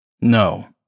No